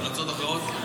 המלצות אחרות,